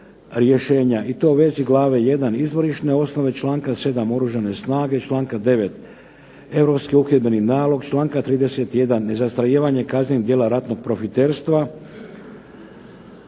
i to u vezi Glave I – Izvorišne osnove, članka 7. Oružane snage, članka 9. Europski uhidbeni nalog, članka 31. nezastarijevanje kaznenih djela ratnog profiterstva.